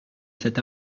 cet